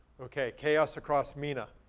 okay, chaos across mena.